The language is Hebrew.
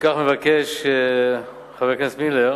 לפיכך מבקש חבר הכנסת מילר